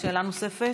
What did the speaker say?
שאלה נוספת?